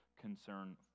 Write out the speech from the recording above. concern